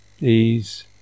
ease